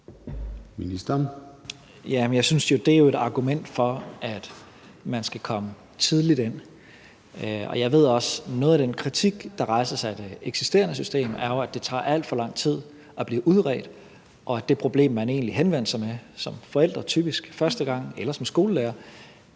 Jeg synes jo, det er et argument for, at man skal komme tidligt ind. Jeg ved også, at noget af den kritik, der rejses af det eksisterende system, er, at det tager alt for lang tid at blive udredt, og at det problem, man som forældre eller som skolelærer